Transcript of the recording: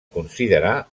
considerar